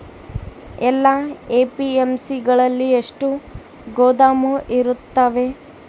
ಎಲ್ಲಾ ಎ.ಪಿ.ಎಮ್.ಸಿ ಗಳಲ್ಲಿ ಎಷ್ಟು ಗೋದಾಮು ಇರುತ್ತವೆ?